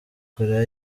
korea